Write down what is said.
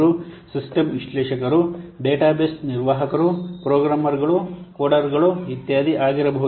ಅವರು ಸಿಸ್ಟಮ್ ವಿಶ್ಲೇಷಕರು ಡೇಟಾಬೇಸ್ ನಿರ್ವಾಹಕರು ಪ್ರೋಗ್ರಾಮರ್ಗಳು ಕೋಡರ್ಗಳು ಇತ್ಯಾದಿ ಆಗಿರಬಹುದು